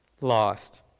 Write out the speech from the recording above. lost